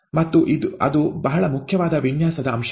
ಮತ್ತು ಅದು ಬಹಳ ಮುಖ್ಯವಾದ ವಿನ್ಯಾಸದ ಅಂಶವಾಗಿದೆ